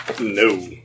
No